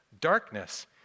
darkness